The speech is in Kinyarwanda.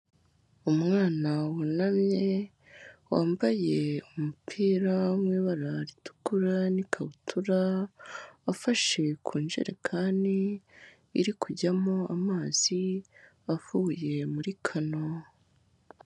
Umwana wunamye, wambaye umupira wo mu ibara ritukura n'ikabutura, afashe ku njerekani iri kujyamo amazi avuye muri kano.